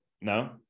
no